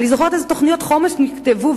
אני זוכרת איזה תוכניות חומש נכתבו,